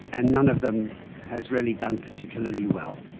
and none of them has really done particularly well.